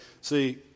See